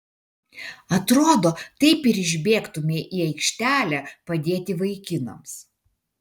atrodo taip ir išbėgtumei į aikštelę padėti vaikinams